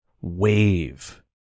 wave